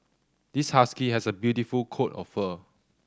this husky has a beautiful coat of fur